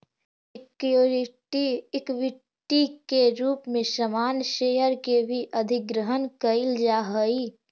security equity के रूप में सामान्य शेयर के भी अधिग्रहण कईल जा हई